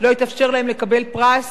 לקבל פרס,